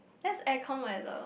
that's aircon weather